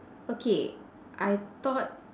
okay I thought